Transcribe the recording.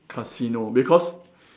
casino because